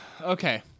okay